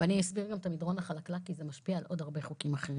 אני אסביר גם את המדרון החלקלק כי זה משפיע על עוד הרבה חוקים אחרים.